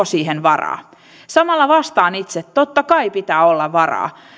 siihen varaa samalla vastaan itse totta kai pitää olla varaa